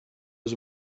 was